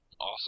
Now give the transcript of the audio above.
Awesome